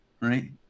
right